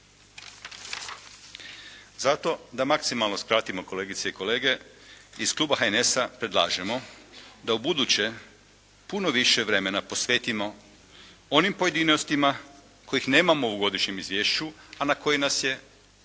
Zato, da maksimalno skratimo kolegice i kolege, iz kluba HNS-a predlažemo da ubuduće puno više vremena posvetimo onim pojedinostima kojih nemamo u godišnjem izvješću, a na koji nas je